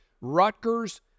Rutgers